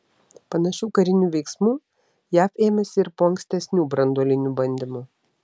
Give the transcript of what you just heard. panašių karinių veiksmų jav ėmėsi ir po ankstesnių branduolinių bandymų